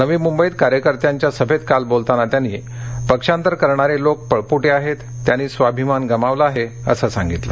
नवी मुंबईत कार्यकर्त्यांच्या सभेत काल बोलताना त्यांनी पक्षांतर करणारे लोक पळपुटे आहेत त्यांनी स्वाभिमान गमावला आहे असं सांगितलं